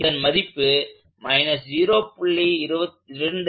இதன் மதிப்பு 0